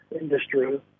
industry